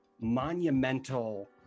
monumental